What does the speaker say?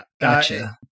gotcha